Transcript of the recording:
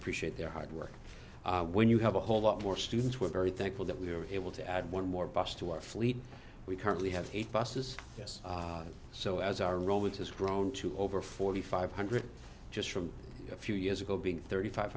appreciate their hard work when you have a whole lot more students were very thankful that we were able to add one more bus to our fleet we currently have eight buses yes so as our road has grown to over forty five hundred just from a few years ago being thirty five